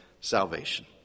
salvation